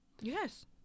Yes